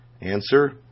Answer